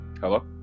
Hello